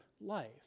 life